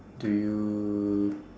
do you